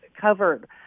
covered